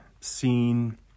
scene